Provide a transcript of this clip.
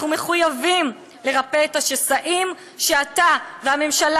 אנחנו מחויבים לרפא את השסעים שאתה והממשלה